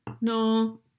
No